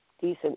decent